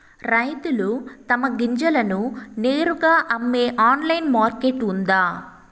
రైతులు తమ గింజలను నేరుగా అమ్మే ఆన్లైన్ మార్కెట్ ఉందా?